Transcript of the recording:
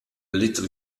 little